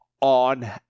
on